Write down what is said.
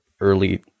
early